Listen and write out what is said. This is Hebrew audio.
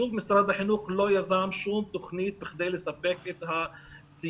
שוב משרד החינוך לא יזם שום תוכנית בכדי לספק את הציוד,